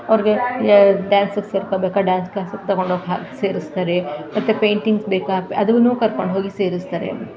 ಅವ್ರಿಗೆ ಡ್ಯಾನ್ಸಿಗೆ ಸೇರ್ಕೊಬೇಕಾ ಡ್ಯಾನ್ಸ್ ಕ್ಲಾಸಿಗೆ ತಗೊಂಡೋಗಿ ಹಾಕಿ ಸೇರಿಸ್ತಾರೆ ಮತ್ತು ಪೇಂಟಿಂಗ್ಸ್ ಬೇಕಾ ಅದೂ ಕರ್ಕೊಂಡ್ಹೋಗಿ ಸೇರಿಸ್ತಾರೆ